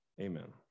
Amen